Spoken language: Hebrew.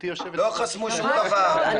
לא חסמו שום דבר.